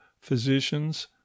physicians